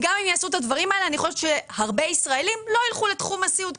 שגם אם יעשו את הדברים האלה לא הרבה ישראלים ילכו לתחום הסיעוד.